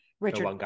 Richard